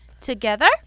Together